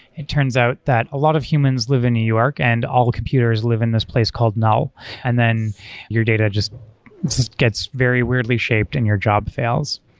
it turns out that a lot of humans live in new york and all the computers live in this place called, and then your data just just gets very weirdly shaped and your job fails.